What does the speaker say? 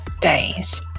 days